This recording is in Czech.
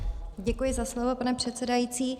Děkuji za slovo, pane předsedající.